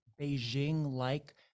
Beijing-like